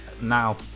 now